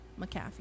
McAfee